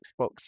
xbox